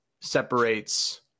separates